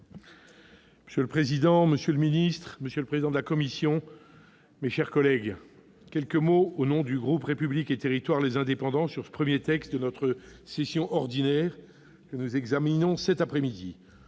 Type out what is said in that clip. Monsieur le président, monsieur le secrétaire d'État, monsieur le président de la commission, mes chers collègues, quelques mots, au nom du groupe République et Territoires/Les Indépendants, sur ce premier texte de notre session ordinaire que nous examinons cet après-midi.